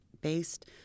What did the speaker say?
based